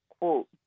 quote